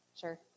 sure